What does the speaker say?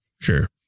Sure